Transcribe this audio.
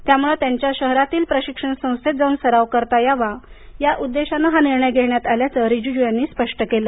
त्यामुळं त्यांना त्यांच्या शहरातील प्रशिक्षण संस्थेत जाऊन सराव करता यावा या उद्देशाने हा निर्णय घेण्यात आल्याचं रीजीजू यांनी स्पष्ट केलं